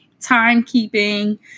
timekeeping